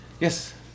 Yes